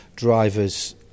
Drivers